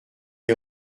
les